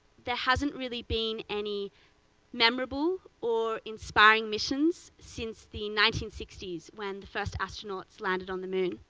there has not really been any memorable or inspiring missions since the nineteen sixty s when the first astronauts landed on the moon.